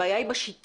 הבעיה היא בשיטה.